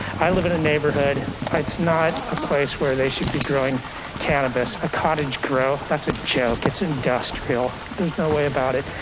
i live in a neighborhood, it's not a place where they should be growing cannabis, a cottage grow, that's a joke, it's industrial. there's no way about it.